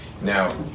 Now